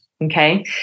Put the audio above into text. Okay